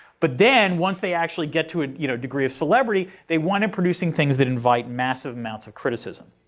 but then, once they actually get to a you know degree of celebrity, they wind up producing things that invite massive amounts of criticism.